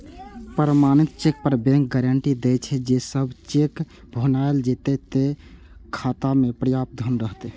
प्रमाणित चेक पर bank guarantee दै छे, जे जब चेक भुनाएल जेतै, ते खाता मे पर्याप्त धन रहतै